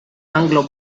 anglo